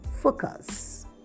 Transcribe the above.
focus